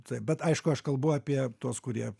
taip bet aišku aš kalbu apie tuos kurie